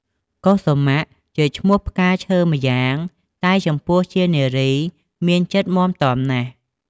កុសុមៈ ជាឈ្មោះផ្កាឈើម្យ៉ាង តែចំពោះជានារីមានចិត្តមាំទាំណាស់។